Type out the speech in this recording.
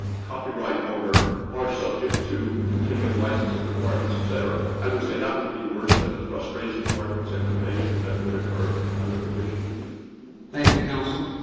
copyright owner, are subject to continuing licensing requirements, etc, i would say that would be worse than the frustration of market segmentation that would occur under petitioner's view. roberts thank you, counsel.